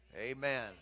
Amen